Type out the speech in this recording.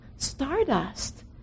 Stardust